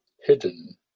hidden